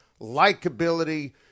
likability